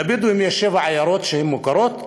לבדואים יש שבע עיירות שהן מוכרות,